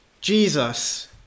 Jesus